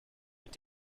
mit